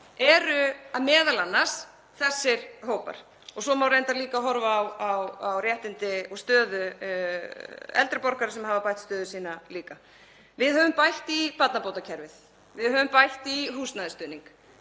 eru m.a. þessir hópar og svo má reyndar líka horfa á réttindi og stöðu eldri borgara sem hafa bætt stöðu sína líka. Við höfum bætt í barnabótakerfið, við höfum bætt í húsnæðisstuðning.